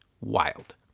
wild